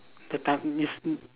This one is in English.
the time is n~